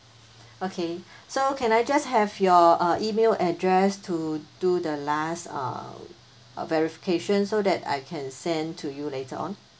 okay so can I just have your uh email address to do the last uh verification so that I can send to you later on